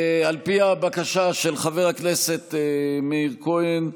על פי הבקשה של חבר הכנסת מאיר כהן,